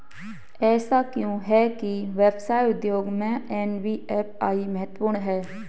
ऐसा क्यों है कि व्यवसाय उद्योग में एन.बी.एफ.आई महत्वपूर्ण है?